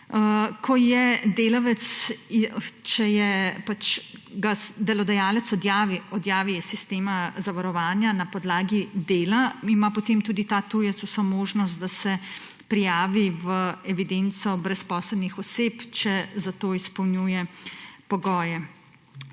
jih ne plačuje. Če ga delodajalec odjavi iz sistema zavarovanja na podlagi dela, ima potem tudi ta tujec možnost, da se prijavi v evidenco brezposelnih oseb, če za to izpolnjuje pogoje.